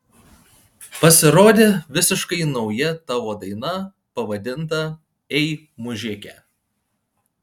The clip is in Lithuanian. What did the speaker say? pasirodė visiškai nauja tavo daina pavadinta ei mužike